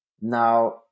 Now